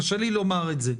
קשה לי לומר את זה.